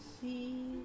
see